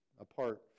apart